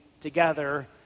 together